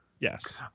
Yes